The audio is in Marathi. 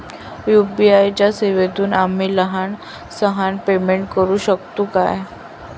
यू.पी.आय च्या सेवेतून आम्ही लहान सहान पेमेंट करू शकतू काय?